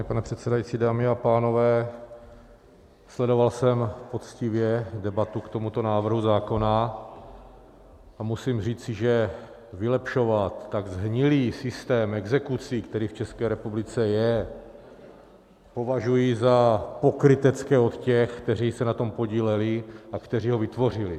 Vážený pane předsedající, dámy a pánové, sledoval jsem poctivě debatu k tomuto návrhu zákona a musím říci, že vylepšovat tak shnilý systém exekucí, který v České republice je, považuji za pokrytecké od těch, kteří se na tom podíleli a kteří ho vytvořili.